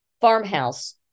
farmhouse